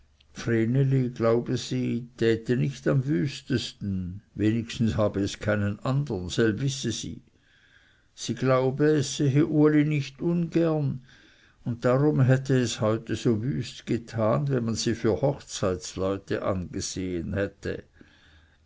glaube sie täte nicht am wüstesten wenigstens habe es keinen andern selb wisse sie sie glaube es sehe uli nicht ungern und darum hätte es heute so wüst getan wenn man sie für hochzeitleute angesehen hätte